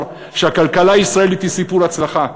שהכלכלה הישראלית היא סיפור הצלחה,